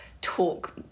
talk